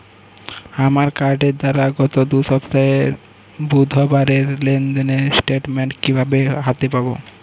আমার কার্ডের দ্বারা গত সপ্তাহের বুধবারের লেনদেনের স্টেটমেন্ট কীভাবে হাতে পাব?